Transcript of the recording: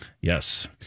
Yes